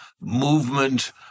movement